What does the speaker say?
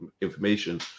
information